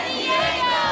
Diego